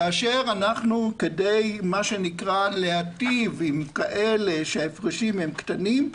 כדי להיטיב עם כאלה שההפרשים הם קטנים,